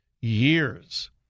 years